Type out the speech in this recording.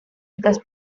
estas